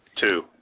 Two